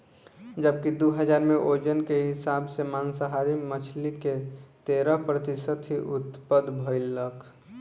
जबकि दू हज़ार में ओजन के हिसाब से मांसाहारी मछली के तेरह प्रतिशत ही उत्तपद भईलख